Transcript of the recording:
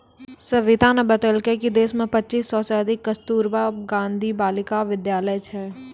सविताने बतेलकै कि देश मे पच्चीस सय से अधिक कस्तूरबा गांधी बालिका विद्यालय छै